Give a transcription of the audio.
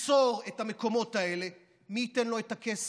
ייצור את המקומות האלה, מי ייתן לו את הכסף?